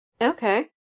Okay